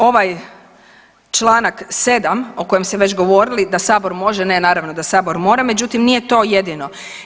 Ovaj Članak 7. o kojem ste već govorili da sabor može ne naravno da sabor moram, međutim nije to jedino.